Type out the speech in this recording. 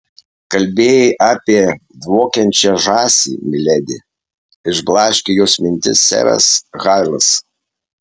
kalbėjai apie dvokiančią žąsį miledi išblaškė jos mintis seras hailas